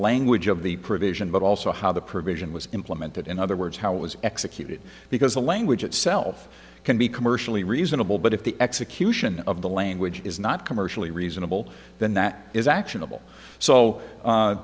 language of the provision but also how the provision was implemented in other words how it was executed because the language itself can be commercially reasonable but if the execution of the language is not commercially reasonable then that is actionable so